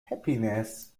happiness